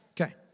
Okay